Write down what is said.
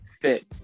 fit